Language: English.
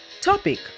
topic